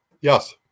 Yes